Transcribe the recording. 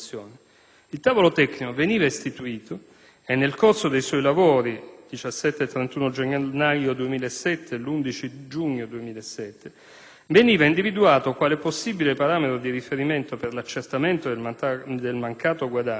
Il tavolo tecnico veniva istituito e nel corso dei suoi lavori - tenutisi il 17 e il 31 gennaio 2007 e l'11 giugno 2007 - veniva individuato quale possibile parametro di riferimento per l'accertamento del mancato guadagno